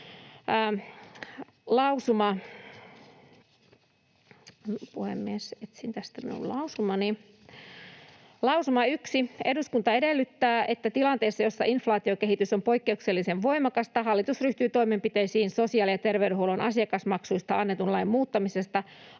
Lausuma yksi: ”Eduskunta edellyttää, että tilanteessa, jossa inflaatiokehitys on poikkeuksellisen voimakasta, hallitus ryhtyy toimenpiteisiin sosiaali- ja terveydenhuollon asiakasmaksuista annetun lain muuttamisesta